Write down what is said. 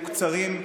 יהיו קצרים.